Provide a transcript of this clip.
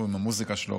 הוא עם המוזיקה שלו,